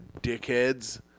Dickheads